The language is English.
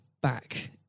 back